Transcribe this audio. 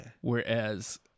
Whereas